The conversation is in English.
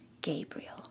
Gabriel